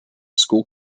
school